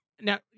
now